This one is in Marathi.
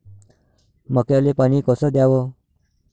मक्याले पानी कस द्याव?